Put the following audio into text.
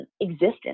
existence